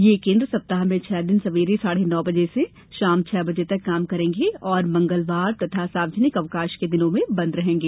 ये केन्द्र सप्ताह में छह दिन सवेरे साढे नौ बजे से शाम छह बजे तक काम करेंगे तथा मंगलवार और सार्वजनिक अवकाश के दिनों में बंद रहेंगे